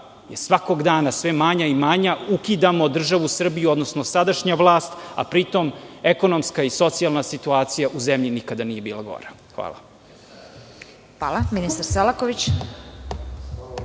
svakog dana je sve manja i manja. Ukidamo državu Srbiju, sadašnja vlast, a pri tom ekonomska i socijalna situacija u zemlji nikada nije bila gora. Hvala. **Vesna Kovač** Ministar Selaković,